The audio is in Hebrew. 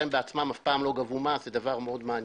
הם בעצמם אף פעם לא גבו מס זה דבר מאוד מעניין.